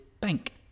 bank